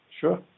Sure